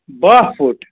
باہ فُٹ